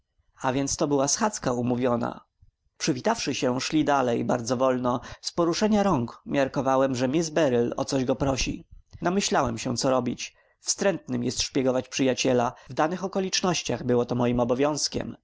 a więc to była schadzka umówiona przywitawszy się szli dalej bardzo wolno z poruszenia rąk miarkowałem że miss beryl o coś go prosi namyślałem się co robić wstrętnym jest szpiegować przyjaciela w danych okolicznościach było to moim obowiązkiem